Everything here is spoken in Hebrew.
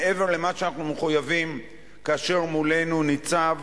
מעבר למה שאנחנו מחויבים, כאשר מולנו ניצב